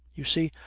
you see,